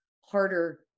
harder